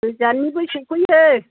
गोजाननिबो सौफैयो